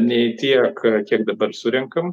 nei tiek kiek dabar surenkam